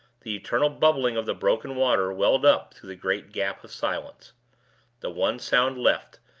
the eternal bubbling of the broken water welled up through the great gap of silence the one sound left,